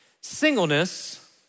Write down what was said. singleness